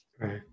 Right